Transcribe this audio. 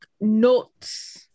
notes